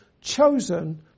chosen